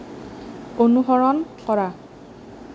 অনুসৰণ কৰা